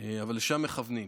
אבל לשם מכוונים.